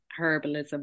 herbalism